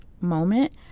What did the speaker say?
moment